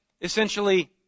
essentially